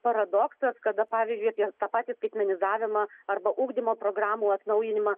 paradoksas kada pavyzdžiui apie tą patį skaitmenizavimą arba ugdymo programų atnaujinimą